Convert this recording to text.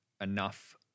enough